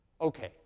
Okay